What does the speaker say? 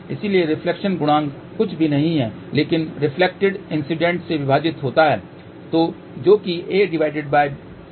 इसलिए रिफ्लेक्शन गुणांक कुछ भी नहीं है लेकिन रिफ्लेक्टेड इंसिडेंट से विभाजित होता है